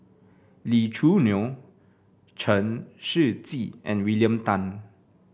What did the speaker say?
Lee Choo Neo Chen Shiji and William Tan